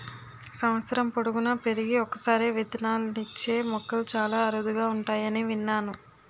సంవత్సరం పొడువునా పెరిగి ఒక్కసారే విత్తనాలిచ్చే మొక్కలు చాలా అరుదుగా ఉంటాయని విన్నాను